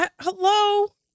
Hello